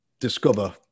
discover